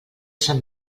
sant